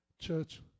Church